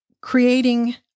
Creating